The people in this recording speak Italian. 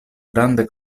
grande